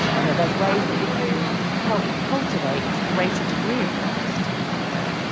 and that there's ways that we can help cultivate a greater degree of plasticity within our brain,